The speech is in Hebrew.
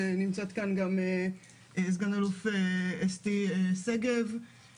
שסא"ל אסתי שגב מייצגת אותה.